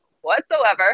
whatsoever